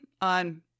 on